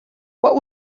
what